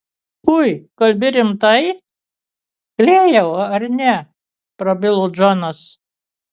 ui kalbi rimtai klėjau ar ne prabilo džonas